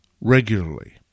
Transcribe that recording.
regularly